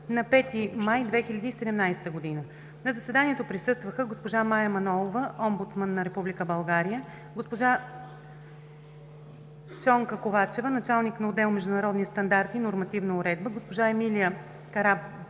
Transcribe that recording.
на 5 май 2017 г. На заседанието присъстваха: госпожа Мая Манолова – омбудсман на Република България, госпожа Чонка Ковачева – началник на отдел „Международни стандарти и нормативна уредба”, госпожа Емилия Караабова